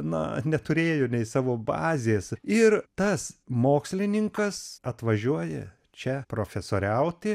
na neturėjo nei savo bazės ir tas mokslininkas atvažiuoja čia profesoriauti